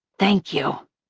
thank you.